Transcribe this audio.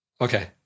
Okay